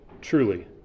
truly